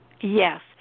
Yes